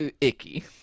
icky